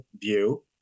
view